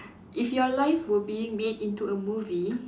if your life were being made into a movie